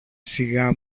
σιγά